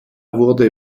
wurde